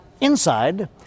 inside